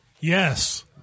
Yes